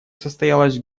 состоялась